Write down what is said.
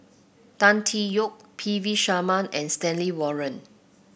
Tan Tee Yoke P V Sharma and Stanley Warren